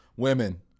Women